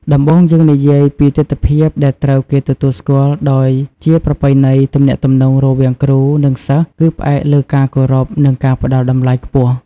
ដំបូងយើងនិយាយពីទិដ្ឋភាពដែលត្រូវគេទទួលស្គាល់ ដោយជាប្រពៃណី ទំនាក់ទំនងរវាងគ្រូ និងសិស្សគឺផ្អែកលើការគោរព និងការផ្តល់តម្លៃខ្ពស់។